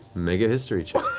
make a history check.